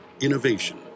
Innovation